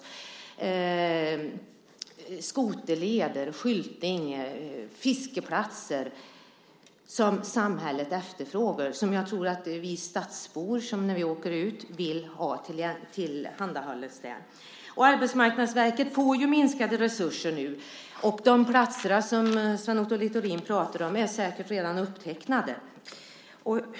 Vidare gäller det skoterleder, skyltning, fiskeplatser och annat sådant som samhället efterfrågar och som jag tror att vi stadsbor när vi åker ut vill att man tillhandahåller. Arbetsmarknadsverket får nu minskade resurser. De platser som Sven Otto Littorin pratar om är säkert redan intecknade.